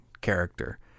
character